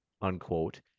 unquote